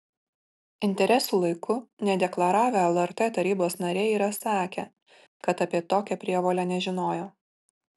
interesų laiku nedeklaravę lrt tarybos nariai yra sakę kad apie tokią prievolę nežinojo